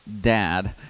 dad